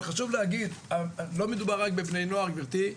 אבל חשוב להגיד, לא מדובר רק בבני נוער גבירתי,